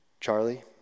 Charlie